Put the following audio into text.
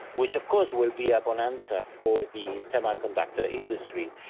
which of course will be a bonanza for the semiconductor industry.